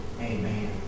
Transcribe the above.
amen